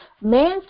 Man